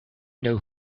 know